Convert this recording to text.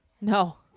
No